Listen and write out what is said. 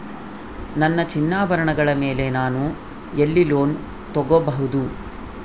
ನನ್ನ ಚಿನ್ನಾಭರಣಗಳ ಮೇಲೆ ನಾನು ಎಲ್ಲಿ ಲೋನ್ ತೊಗೊಬಹುದು?